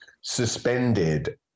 suspended